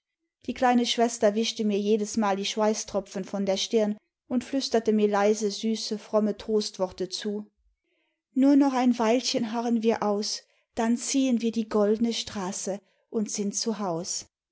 die kleine schwester wischte mir jedesmal die schweißtropfen von der stirn und flüsterte mir leise süße fromme trostworte zu nur noch ein weilchen harren wir aus dann ziehen wir die goldene straße und sind zu haus